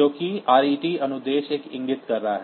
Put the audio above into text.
जो कि रिट अनुदेश पर इंगित कर रहा है